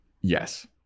Yes